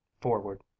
forward